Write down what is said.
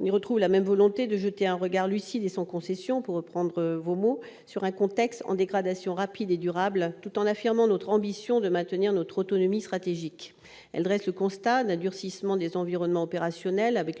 On y retrouve la même volonté de jeter un regard lucide et sans concession, pour reprendre vos mots, madame la ministre, sur un contexte « en dégradation rapide et durable », tout en affirmant notre ambition de maintenir notre autonomie stratégique. Elle dresse le constat d'un durcissement des environnements opérationnels, avec le